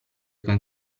che